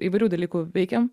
įvairių dalykų veikėm